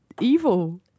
evil